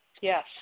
Yes